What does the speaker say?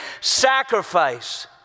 sacrifice